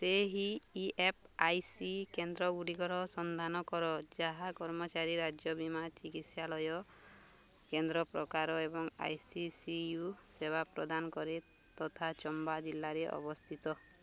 ସେହି E S I C କେନ୍ଦ୍ର ଗୁଡ଼ିକର ସନ୍ଧାନ କର ଯାହା କର୍ମଚାରୀ ରାଜ୍ୟ ବୀମା ଚିକିତ୍ସାଳୟ କେନ୍ଦ୍ର ପ୍ରକାର ଏବଂ ଆଇ ସି ସି ୟୁ ସେବା ପ୍ରଦାନ କରେ ତଥା ଚମ୍ବା ଜିଲ୍ଲାରେ ଅବସ୍ଥିତ